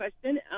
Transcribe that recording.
question